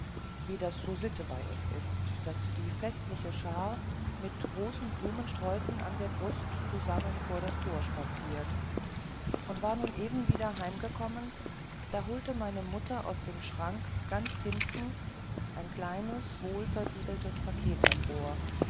wie das so sitte bei uns ist daß die festliche schar mit großen blumensträußen an der brust zusammen vor das tor spaziert und war nun eben wieder heimgekommen da holte meine mutter aus dem schrank ganz hinten ein kleines wohlversiegeltes paket hervor